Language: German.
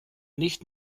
nicht